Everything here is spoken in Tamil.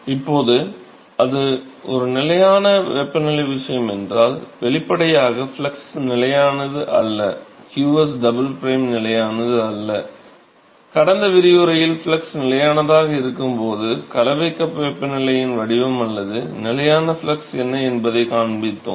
இப்போது அது ஒரு நிலையான வெப்பநிலை விஷயம் என்றால் வெளிப்படையாக ஃப்ளக்ஸ் நிலையானது அல்ல qs டபுள் பிரைம் நிலையானது அல்ல கடந்த விரிவுரையில் ஃப்ளக்ஸ் நிலையானதாக இருக்கும் போது கலவை கப் வெப்பநிலையின் வடிவம் அல்லது நிலையான ஃப்ளக்ஸ் என்ன என்பதைக் காண்பித்தோம்